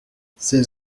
ces